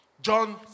John